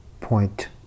point